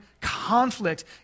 conflict